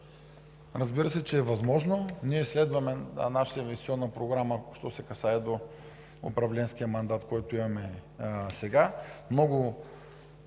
Разбира се, че е възможно. Ние следваме нашата инвестиционна програма, що се касае до управленския мандат, който имаме сега. Много